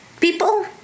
people